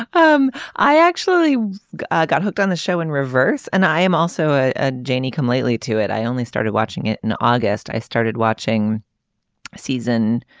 i um i actually got hooked on the show in reverse and i am also a ah johnny come lately to it i only started watching it in august. i started watching season.